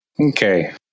Okay